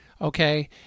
okay